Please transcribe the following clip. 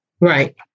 Right